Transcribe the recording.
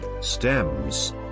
stems